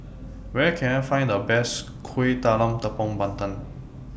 Where Can I Find The Best Kuih Talam Tepong Pandan